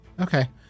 Okay